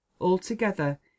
Altogether